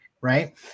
right